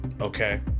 Okay